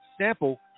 sample